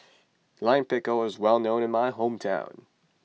Lime Pickle is well known in my hometown